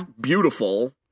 beautiful